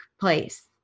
place